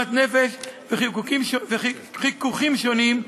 עוגמת נפש וחיכוכים שונים,